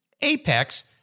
Apex